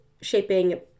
shaping